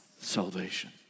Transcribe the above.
salvation